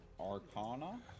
Arcana